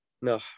no